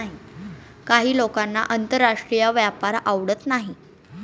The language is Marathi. काही लोकांना आंतरराष्ट्रीय व्यापार आवडत नाही